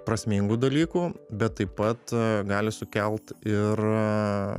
prasmingų dalykų bet taip pat gali sukelt ir